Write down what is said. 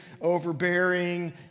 overbearing